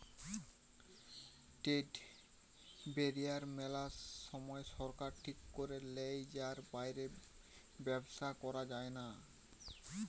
trade barrier মেলা সময় সরকার ঠিক করে লেয় যার বাইরে ব্যবসা করা যায়না